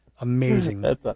Amazing